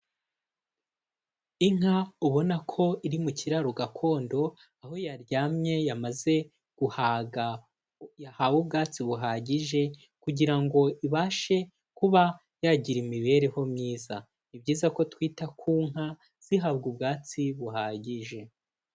Inka ubona ko iri mu kiraro gakondo aho yaryamye yamaze guhaga yahawe ubwatsi buhagije kugira ngo ibashe kuba yagira imibereho myiza, ni byiza ko twita ku nka zihabwa ubwatsi buhagije.